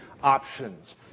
options